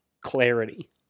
clarity